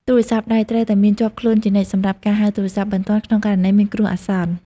ទូរស័ព្ទដៃ ត្រូវតែមានជាប់ខ្លួនជានិច្ចសម្រាប់ការហៅទូរស័ព្ទបន្ទាន់ក្នុងករណីមានគ្រោះអាសន្ន។